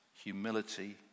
humility